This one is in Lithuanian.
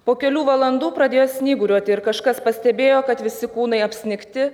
po kelių valandų pradėjo snyguriuoti ir kažkas pastebėjo kad visi kūnai apsnigti